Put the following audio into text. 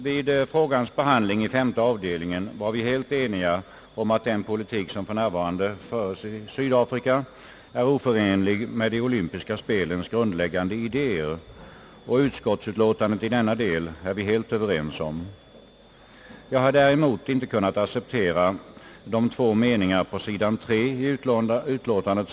Vid frågans behandling i femte avdelningen var vi helt eniga om att den politik som för närvarande föres i Sydafrika är oförenlig med de olympiska spelens grundläggande idéer, och utskottsutlåtandet i denna del är vi helt överens om. Jag har däremot inte kunnat acceptera två meningar på s. 3 i utlåtandet.